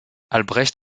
albrecht